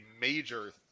major